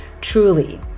truly